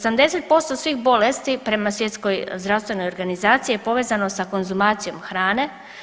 80% svih bolesti prema Svjetskoj zdravstvenoj organizaciji je povezano sa konzumacijom hrane.